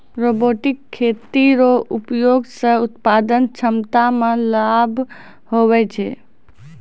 robotic खेती रो उपयोग से उत्पादन क्षमता मे लाभ हुवै छै